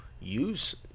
use